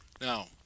Now